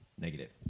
negative